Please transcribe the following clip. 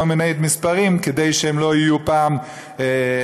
מיני מספרים כדי שהם לא יהיו פעם רוב.